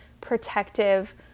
protective